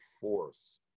force